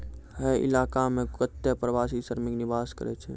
हय इलाको म कत्ते प्रवासी श्रमिक निवास करै छै